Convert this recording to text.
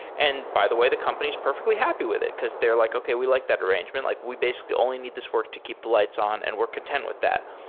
and by the way, the company is perfectly happy with it, because they're like, okay. we like that arrangement. like we basically only need this work to keep the lights on and we're content with that.